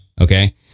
Okay